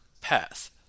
path